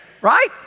right